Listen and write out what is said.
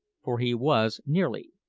for he was nearly,